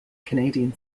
canadian